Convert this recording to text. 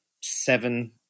seven